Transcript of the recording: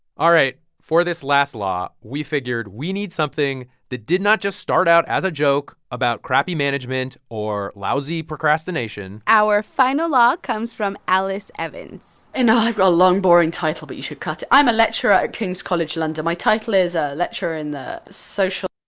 all right. for this last law, we figured we need something that did not just start out as a joke about crappy management or lousy procrastination our final law comes from alice evans and i've got a long, boring title, but you should cut it. i'm a lecturer at king's college london. my title is a lecturer in the social.